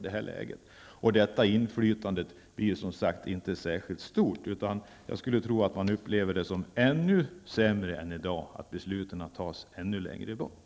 Det inflytande som därigenom skapas är som sagt inte särskilt stort. Resultatet torde bli att man upplever det som om besluten fattas ännu längre bort.